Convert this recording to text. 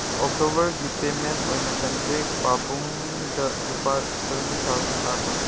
ꯑꯣꯛꯇꯣꯕꯔꯒꯤ ꯄꯦꯃꯦꯟ ꯑꯣꯏꯅ ꯀꯟꯇꯦꯛ ꯄꯥꯕꯨꯡꯗ ꯂꯨꯄꯥ ꯁꯕꯦꯟꯇꯤ ꯊꯥꯎꯖꯟ ꯊꯥꯈꯣ